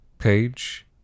page